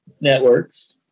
networks